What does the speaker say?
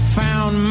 found